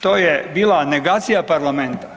To je bila negacija parlamenta.